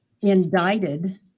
indicted